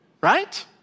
right